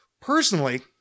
Personally